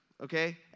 Okay